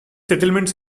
settlements